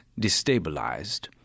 destabilized